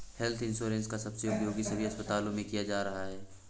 health insurance का उपयोग सभी अस्पतालों में किया जा रहा है